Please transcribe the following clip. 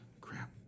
crap